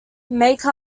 make